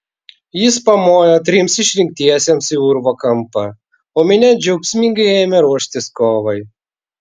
jis pamojo trims išrinktiesiems į urvo kampą o minia džiaugsmingai ėmė ruoštis kovai